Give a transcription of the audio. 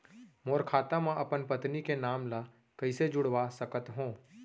मोर खाता म अपन पत्नी के नाम ल कैसे जुड़वा सकत हो?